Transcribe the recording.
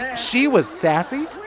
she was sassy,